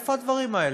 איפה הדברים האלה?